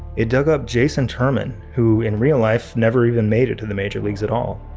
it dug up jason turman, who in real life, never even made it to the major leagues at all.